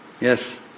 Yes